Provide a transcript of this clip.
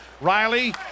Riley